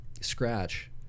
scratch